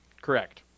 Correct